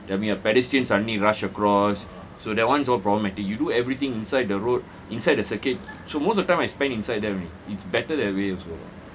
there'll be a pedestrian suddenly rush across so that one's all problematic you do everything inside the road inside the circuit so most of time I spent inside there only it's better that way also